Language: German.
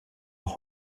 noch